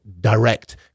direct